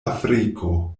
afriko